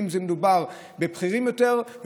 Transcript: כשמדובר בבכירים יותר,